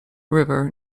river